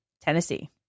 Tennessee